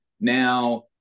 now